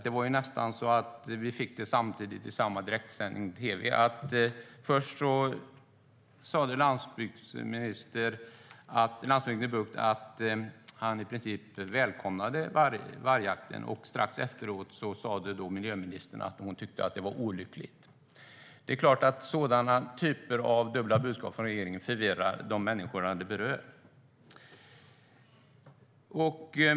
Det var nästan så att vi fick dem samtidigt i samma direktsändning i tv: Först sa landsbygdsminister Bucht att han i princip välkomnade vargjakten. Strax efteråt sa miljöministern att hon tyckte att det var olyckligt. Det är klart att sådana typer av dubbla budskap från regeringen förvirrar de människor som berörs.